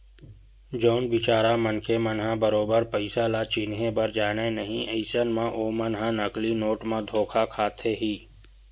जउन बिचारा मनखे मन ह बरोबर पइसा ल चिनहे बर जानय नइ अइसन म ओमन ह नकली नोट म धोखा खाथे ही